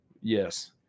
Yes